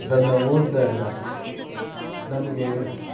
ಇದನ್ನು ಓದಿದಾಗ ನಮಗೆ